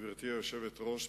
גברתי היושבת-ראש,